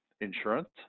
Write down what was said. insurance